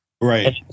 Right